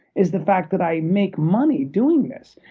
is the fact that i make money doing this.